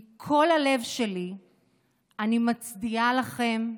מכל הלב שלי אני מצדיעה לכם,